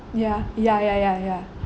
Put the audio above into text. ya ya ya ya ya